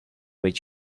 with